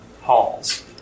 halls